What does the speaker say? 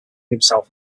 himself